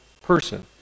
person